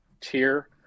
tier